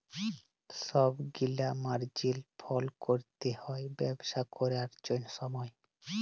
ছব গিলা মার্জিল ফল ক্যরতে হ্যয় ব্যবসা ক্যরার সময়